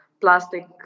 plastic